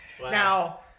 Now